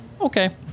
okay